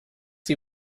die